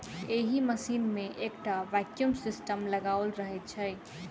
एहि मशीन मे एकटा वैक्यूम सिस्टम लगाओल रहैत छै